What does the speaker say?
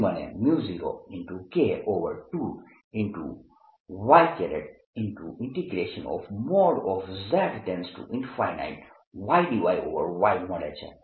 તેથી મને 0K2y |z|Y dYY મળે છે